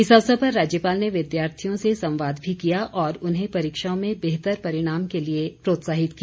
इस अवसर पर राज्यपाल ने विद्यार्थियों से संवाद भी किया और उन्हें परीक्षाओं में बेहतर परिणाम के लिए प्रोत्साहित किया